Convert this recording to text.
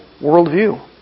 worldview